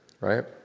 right